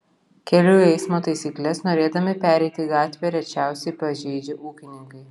kelių eismo taisykles norėdami pereiti gatvę rečiausiai pažeidžia ūkininkai